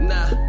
Nah